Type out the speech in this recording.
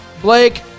Blake